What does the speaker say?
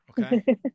Okay